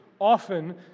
Often